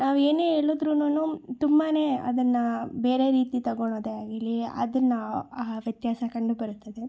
ನಾವು ಏನೇ ಹೇಳುದ್ರುನುನೂ ತುಂಬ ಅದನ್ನು ಬೇರೆ ರೀತಿ ತಗೊಳೊದೇ ಆಗಿರ್ಲಿ ಅದನ್ನು ಆ ವ್ಯತ್ಯಾಸ ಕಂಡುಬರುತ್ತದೆ